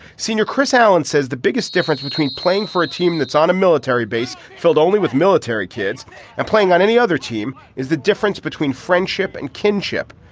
senior kris allen says the biggest difference between playing for a team that's on a military base filled only with military kids and playing on any other team is the difference between friendship and kinship.